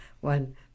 one